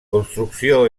construcció